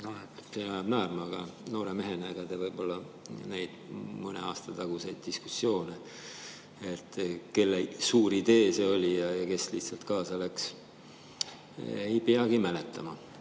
see ajab naerma. Noore mehena te võib-olla mõne aasta taguseid diskussioone, kelle suur idee see oli ja kes lihtsalt kaasa läks, ei peagi mäletama.